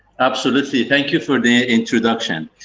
absolutely. thank you for the introduction.